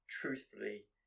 truthfully